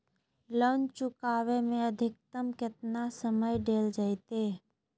Loan चुकाबे के अधिकतम केतना समय डेल जयते?